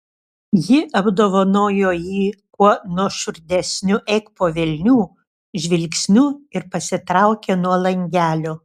ji apdovanojo jį kuo nuoširdesniu eik po velnių žvilgsniu ir pasitraukė nuo langelio